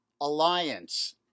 Alliance